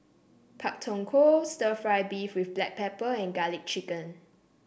Pak Thong Ko stir fry beef with Black Pepper and garlic chicken